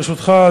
ברשותך,